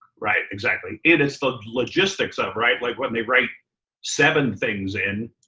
right, exactly. it is the logistics of, right? like when they write seven things in,